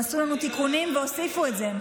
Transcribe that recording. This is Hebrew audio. הם עשו לנו תיקונים והוסיפו את זה.